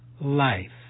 life